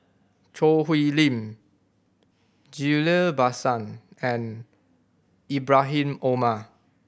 Choo Hwee Lim Ghillie Basan and Ibrahim Omar